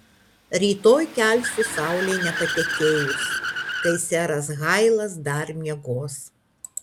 rytoj kelsiu saulei nepatekėjus kai seras hailas dar miegos